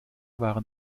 waren